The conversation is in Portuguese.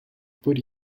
por